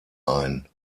ein